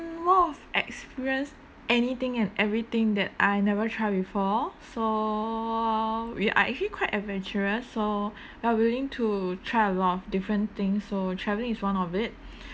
more of experience anything and everything that I never try before so we are actually quite adventurous so we're willing to try a lot of different things so travelling is one of it